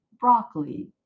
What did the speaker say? broccoli